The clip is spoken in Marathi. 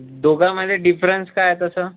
दोघामध्ये डिफरन्स काय तसं